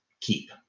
Keep